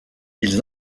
ils